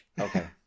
Okay